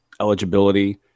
eligibility